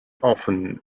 often